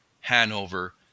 Hanover